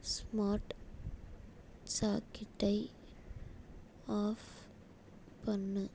smart சாக்கெட்டை off பண்ணு